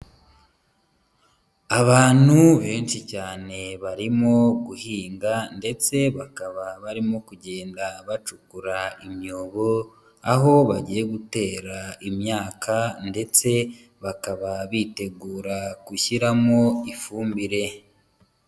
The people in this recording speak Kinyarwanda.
Abantu benshi cyane barimo guhinga ndetse bakaba barimo kugenda bacukura imyobo, aho bagiye gutera imyaka ndetse bakaba bitegura gushyiramo ifumbire.